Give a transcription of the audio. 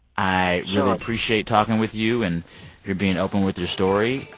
i really appreciate talking with you and your being open with your story.